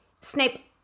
Snape